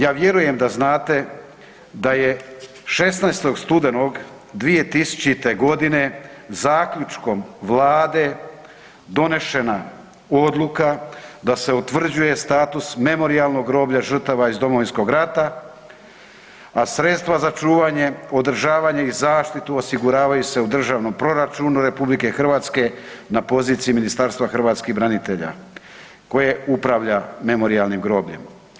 Ja vjerujem da znate da je 16. studenog 2000. godine zaključkom Vlade donešena odluka da se utvrđuje status Memorijalnog groblja žrtava iz Domovinskog rata, a sredstva za čuvanje održavanje i zaštitu osiguravaju se u državnom proračunu RH na poziciji Ministarstva hrvatskih branitelja koje upravlja Memorijalnim grobljem.